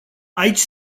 aici